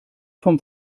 vom